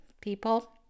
people